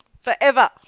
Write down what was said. forever